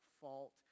fault